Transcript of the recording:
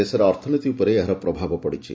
ଦେଶର ଅର୍ଥନୀତି ଉପରେ ଏହାର ପ୍ରଭାବ ପଡିଛି